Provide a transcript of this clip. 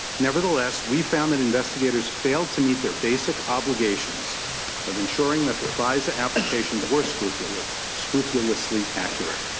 nevertheless, we found that investigators failed to meet their basic obligations of insuring that the fisa applications were scrupulously scrupulously accurate.